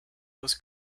was